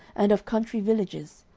and of country villages,